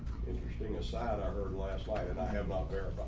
aside i heard last night and i have ah